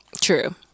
True